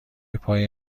پای